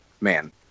man